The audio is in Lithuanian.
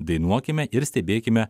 dainuokime ir stebėkime